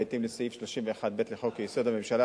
בהתאם לסעיף 31(ב) לחוק-יסוד: הממשלה,